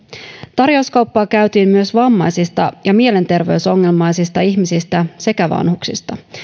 tarjouskauppaa käytiin myös vammaisista ja mielenterveysongelmaisista ihmisistä sekä vanhuksista